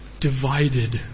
divided